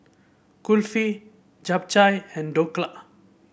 Kulfi Japchae and Dhokla